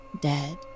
Dead